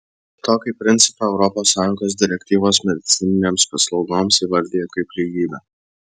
tokį principą europos sąjungos direktyvos medicininėms paslaugoms įvardija kaip lygybę